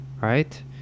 Right